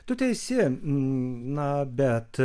tu teisi na bet